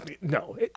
No